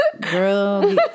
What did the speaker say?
girl